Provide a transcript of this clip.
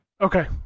Okay